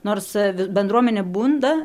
nors bendruomenė bunda